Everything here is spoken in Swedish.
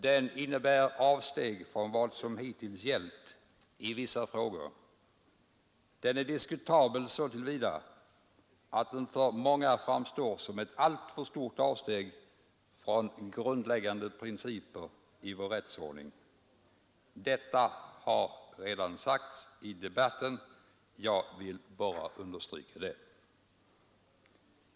Den innebär avsteg från vad som hittills gällt i vissa frågor och den är diskutabel så till vida att den för många framstår som ett alltför stort avsteg från grundläggande principer i vår rättsordning. Detta har redan sagts i debatten — jag vill bara understryka det.